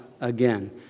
again